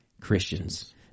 Christians